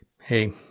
hey